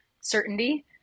certainty